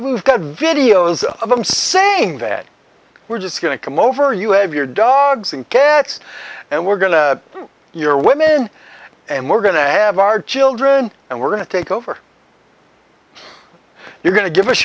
we've got videos of them saying that we're just going to come over you have your dogs and cats and we're going to your women and we're going to have our children and we're going to take over you're going to give us